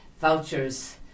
vouchers